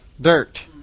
dirt